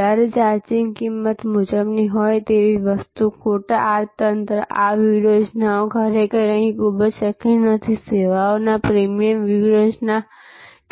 વધારે ચાર્જિંગ કિંમત મુજબની હોય તેવી વસ્તુ ખોટા અર્થતંત્ર આ વ્યૂહરચનાઓ ખરેખર અહીં ખૂબ જ શક્ય નથી સેવાઓમાં પ્રીમિયમ વ્યૂહરચના